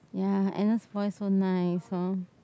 ya Agnes voice so nice hor